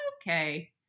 okay